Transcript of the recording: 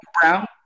Brown